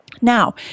Now